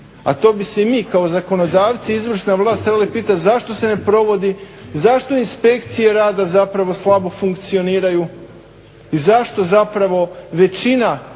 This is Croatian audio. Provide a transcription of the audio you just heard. A to bi se mi kao zakonodavci, izvršna vlast trebali pitati zašto se ne provodi, zašto inspekcije rada zapravo slabo funkcioniraju i zašto zapravo većina